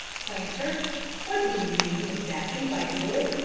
planter what do you mean exactly by good?